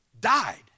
died